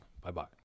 Bye-bye